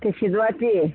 ती शिजवायची